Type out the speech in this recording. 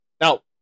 Now